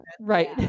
Right